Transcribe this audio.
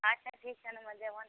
अच्छा ठीक छै ने उमहर जेबहो ने तऽ